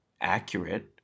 accurate